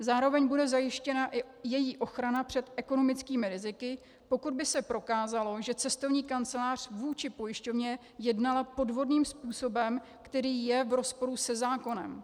Zároveň bude zajištěna i její ochrana před ekonomickými riziky, pokud by se prokázalo, že cestovní kancelář vůči pojišťovně jednala podvodným způsobem, který je v rozporu se zákonem.